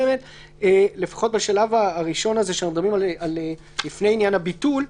לפחות בשלב הזה לפני עניין הביטול,